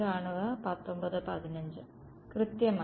കൃത്യമായി